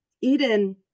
eden